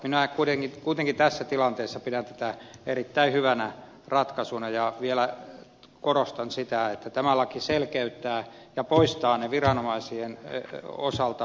minä kuitenkin tässä tilanteessa pidän tätä erittäin hyvänä ratkaisuna ja vielä korostan sitä että tämä laki selkeyttää ja poistaa epäselvyydet viranomaisten tulkinnoissa